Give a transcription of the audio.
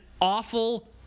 awful